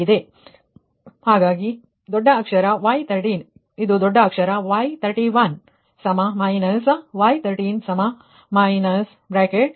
ಹಾಗಾಗಿ ದೊಡ್ಡ ಅಕ್ಷರ Y13 ಇದು ದೊಡ್ಡ ಅಕ್ಷರ Y31 −y13−10− j 30 ಇದು 31